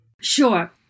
Sure